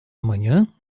manhã